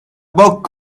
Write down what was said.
book